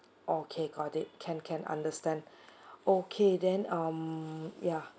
okay got it can can understand okay then um yeah